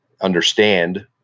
understand